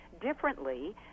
differently